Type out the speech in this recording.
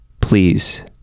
please